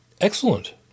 excellent